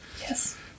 yes